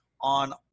on